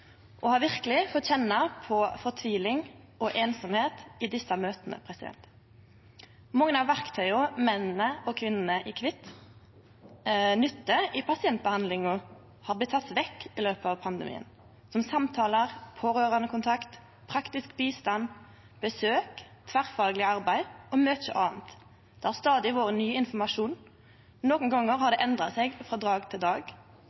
og har verkeleg fått kjenne på fortviling og einsemd i desse møta. Mange av verktøya mennene og kvinnene i kvitt nyttar i pasientbehandlinga, har blitt tekne vekk i løpet av pandemien – som samtalar, pårørandekontakt, praktisk bistand, besøk, tverrfagleg arbeid og mykje anna. Det har stadig vore ny informasjon. Nokre gonger har det endra seg frå dag til dag,